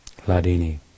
ladini